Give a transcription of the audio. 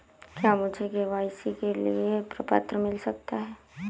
क्या मुझे के.वाई.सी के लिए प्रपत्र मिल सकता है?